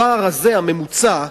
הפער הממוצע,